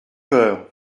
peur